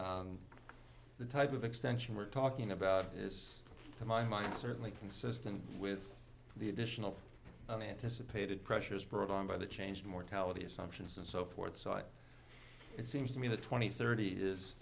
the type of extension we're talking about is to my mind certainly consistent with the additional unanticipated pressures brought on by the change mortality assumptions and so forth so it seems to me that twenty thirty is